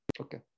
Okay